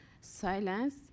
silence